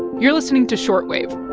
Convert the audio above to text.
you're listening to short wave